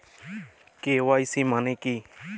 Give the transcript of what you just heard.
KYC মানে কী?